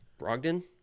Brogdon